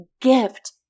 gift